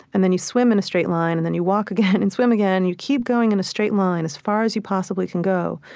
and then you swim in a straight line, and then you walk again and swim again, you keep going in a straight line as far as you possibly can go,